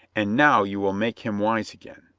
and now you will make him wise again.